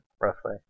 Roughly